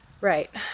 Right